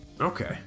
Okay